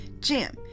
Jim